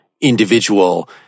individual